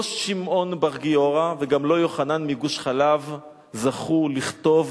לא שמעון בר גיורא וגם לא יוחנן מגוש-חלב זכו לכתוב